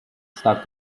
start